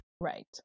Right